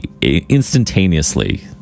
instantaneously